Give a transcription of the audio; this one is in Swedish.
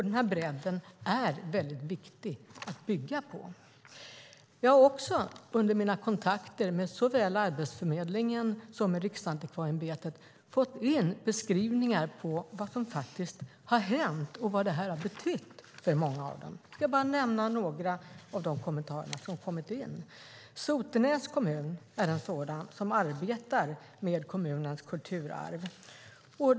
Den bredden är viktig att bygga på. Jag har också under mina kontakter med såväl Arbetsförmedlingen som Riksantikvarieämbetet fått in beskrivningar på vad som faktiskt har hänt och vad det har betytt för många av dem. Låt mig nämna några. Sotenäs kommun arbetar med kommunens kulturarv.